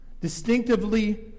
Distinctively